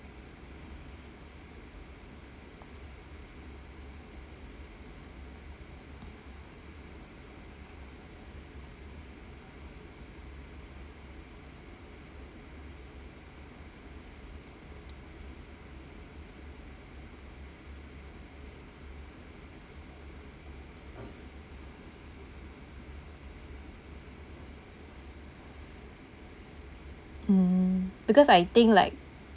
mm because I think like